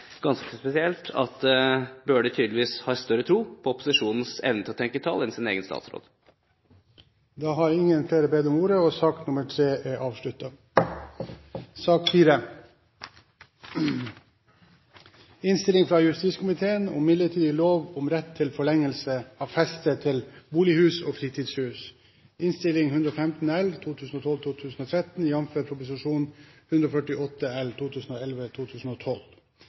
ganske spesielt at Bøhler tydeligvis har større tro på opposisjonens evne til å tenke tall enn hans egen statsråd. Flere har ikke bedt om ordet til sakene nr. 2 og 3. Etter ønske fra justiskomiteen vil presidenten foreslå at taletiden blir begrenset til 5 minutter til hver gruppe og